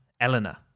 Eleanor